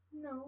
No